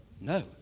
no